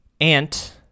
Ant